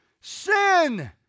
Sin